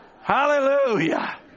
Hallelujah